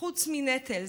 חוץ מנטל.